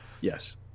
Yes